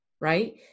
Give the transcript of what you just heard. right